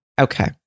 Okay